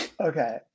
Okay